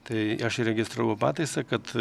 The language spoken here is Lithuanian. tai aš įregistravau pataisą kad